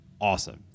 awesome